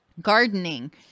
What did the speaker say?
Gardening